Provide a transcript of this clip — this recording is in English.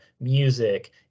music